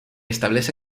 establece